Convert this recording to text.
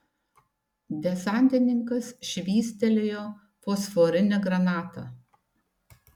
desantininkas švystelėjo fosforinę granatą